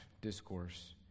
discourse